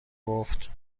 گفت